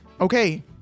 Okay